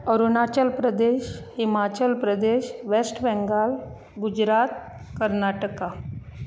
Arunachal Pradesh Himachal Pradesh West Bengal Gujarat Karnataka